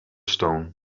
stone